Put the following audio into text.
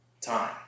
time